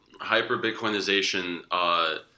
hyper-Bitcoinization